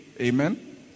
Amen